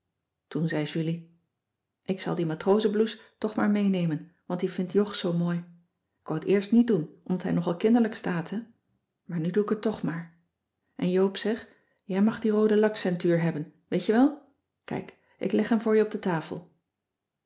toen zei julie ik zal die matrozenblouse toch maar meenemen want die vindt jog zoo mooi ik wou t eerst niet doen omdat hij nogal kinderlijk staat hè maar nu doe ik het toch maar en joop zeg jij mag die roode lakceintuur hebben weet je wel kijk ik leg hem voor je op de tafel